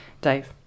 Dave